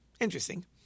Interesting